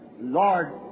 Lord